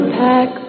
pack